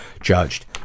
judged